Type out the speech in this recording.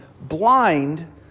blind